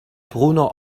bruno